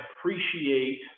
appreciate